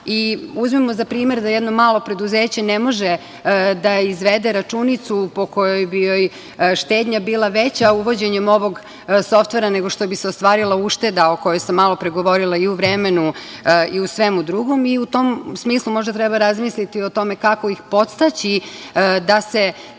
Uzmimo za primer da jedno malo preduzeće ne može da izvede računicu po kojoj bi joj štednja bila veća uvođenjem ovog softvera nego što bi se ostvarila ušteda o kojoj sam malopre govorila i u vremenu, i u svemu drugom, i u tom smislu možda treba razmisliti o tome kako ih podstaći da se priključe